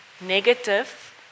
negative